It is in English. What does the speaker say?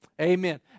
Amen